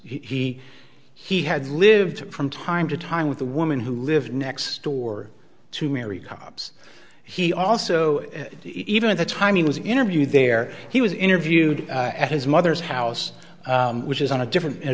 he he had lived from time to time with the woman who lived next door to mary cops he also even at the time he was interviewed there he was interviewed at his mother's house which is on a different